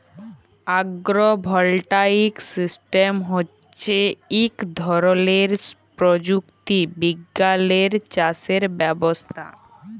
আগ্র voltaic system হচ্যে ইক ধরলের প্রযুক্তি বিজ্ঞালের চাসের ব্যবস্থা